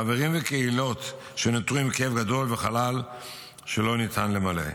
חברים וקהילות שנותרו עם כאב גדול וחלל שלא ניתן למלא.